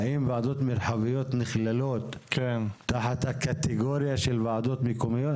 האם ועדות מרחביות נכללות תחת הקטגוריה של ועדות מקומיות?